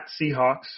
Seahawks